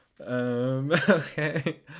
okay